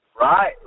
Right